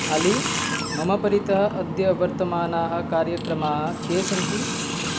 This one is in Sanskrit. अली मां परितः अद्य वर्तमानाः कार्यक्रमाः के सन्ति